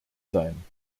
sein